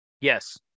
Yes